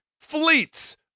fleets